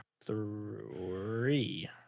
three